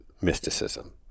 mysticism